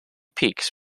peaks